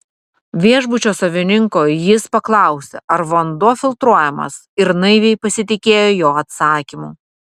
viešbučio savininko jis paklausė ar vanduo filtruojamas ir naiviai pasitikėjo jo atsakymu